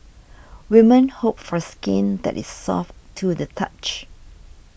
women hope for skin that is soft to the touch